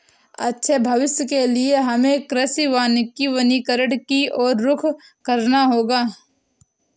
अच्छे भविष्य के लिए हमें कृषि वानिकी वनीकरण की और रुख करना होगा